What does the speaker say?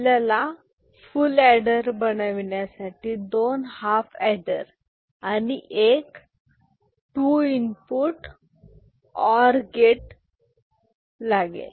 आपल्याला full adder बनविण्यासाठी दोन हाफ एडर आणि एक टू इनपुट और गेट आहे